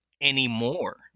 anymore